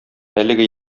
әлеге